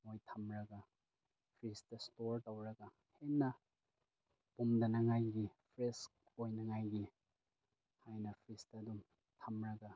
ꯃꯣꯏ ꯊꯝꯂꯒ fridge store ꯇꯧꯔꯒ ꯍꯦꯟꯅ ꯄꯨꯝꯗꯅꯤꯡꯉꯥꯏꯒꯤ ꯐ꯭ꯔꯦꯁ ꯑꯣꯏꯅꯤꯡꯉꯥꯏꯒꯤ ꯍꯥꯏꯅ ꯐ꯭ꯔꯤꯁꯇ ꯑꯗꯨꯝ ꯊꯝꯂꯒ